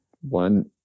one